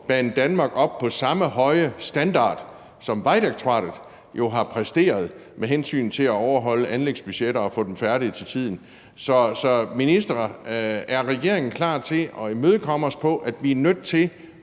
Banedanmark op på samme høje standard, som Vejdirektoratet jo har præsteret med hensyn til at overholde anlægsbudgetter og få projekterne færdige til tiden. Så, minister, er regeringen klar til at imødekomme os på, at vi er nødt til